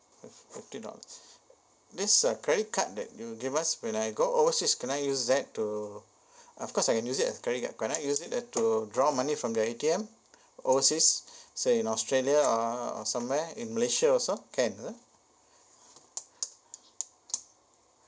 fif~ fifty dollars this uh credit card that you give us when I go overseas can I use that to of course I can use it as credit card can I use it as to withdraw money from the A_T_M overseas say in australia ah or somewhere in malaysia also can !huh!